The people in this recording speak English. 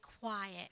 quiet